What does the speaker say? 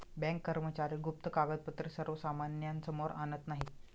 bank कर्मचारी गुप्त कागदपत्रे सर्वसामान्यांसमोर आणत नाहीत